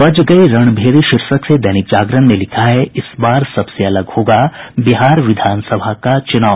बज गयी रणभेरी शीर्षक से दैनिक जागरण ने लिखा है इस बार सबसे अलग होगा बिहार विधानसभा का चुनाव